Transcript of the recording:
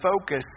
focus